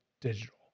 digital